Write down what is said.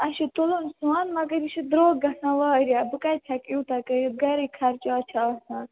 اَسہِ چھُ تُلُن سۄن مگر یہِ چھُ درٛۅگ گژھان واریاہ بہٕ کَتہِ ہیٚکہٕ یوٗتاہ کٔرِتھ گَرٕکۍ خرچات چھِ آسان